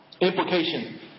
Implication